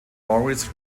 maurice